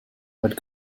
but